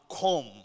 come